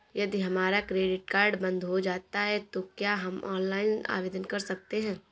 यदि हमारा credit card बंद हो जाता है तो क्या हम ऑनलाइन आवेदन कर सकते हैं?